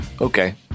Okay